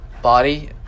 body